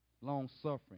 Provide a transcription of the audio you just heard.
long-suffering